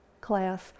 class